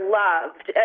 loved